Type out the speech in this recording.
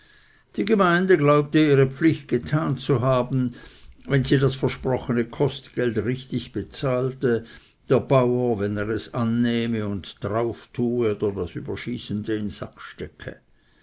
die gemeinde glaubte ihre pflicht getan zu haben wenn sie das versprochene kostgeld richtig bezahlte der bauer wenn er es annehme und darauf tue oder das überschießende in sack stecke